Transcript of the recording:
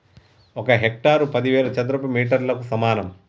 ఒక హెక్టారు పదివేల చదరపు మీటర్లకు సమానం